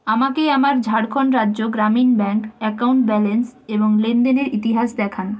আমাকে আমার ঝাড়খন্ড রাজ্য গ্রামীণ ব্যাঙ্ক অ্যাকাউন্ট ব্যালেন্স এবং লেনদেনের ইতিহাস দেখান